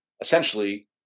essentially